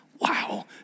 wow